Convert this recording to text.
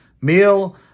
meal